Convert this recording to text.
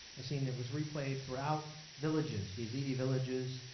a scene that was replayed throughout villages, yazidi villages